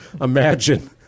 imagine